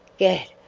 gad,